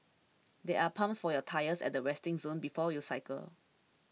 there are pumps for your tyres at the resting zone before you cycle